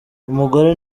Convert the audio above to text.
umugore